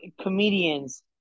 comedians